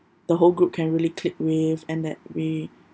the whole group can really click with and that we